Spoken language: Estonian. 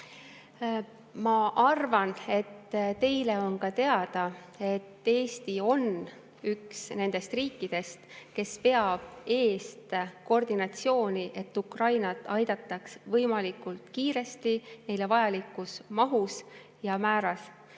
Ma arvan, et teile on teada, et Eesti on üks nendest riikidest, kes veab eest koordinatsiooni, et Ukrainat aidataks võimalikult kiiresti neile vajalikus mahus ja määras.